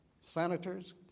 senators